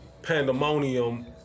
pandemonium